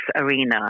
arena